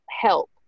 help